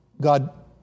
God